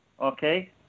okay